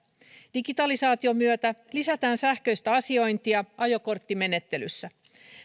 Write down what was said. digitalisaation myötä lisätään sähköistä asiointia ajokorttimenettelyssä